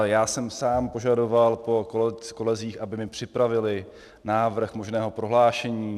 Já jsem sám požadoval po kolezích, aby mi připravili návrh možného prohlášení.